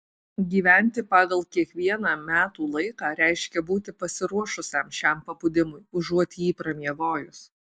gyventi pagal kiekvieną metų laiką reiškia būti pasiruošusiam šiam pabudimui užuot jį pramiegojus